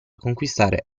conquistare